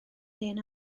hen